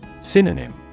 Synonym